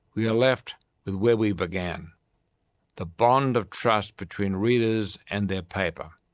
we are left with where we began the bond of trust between readers and their paper.